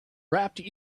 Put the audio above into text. wrapped